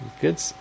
Good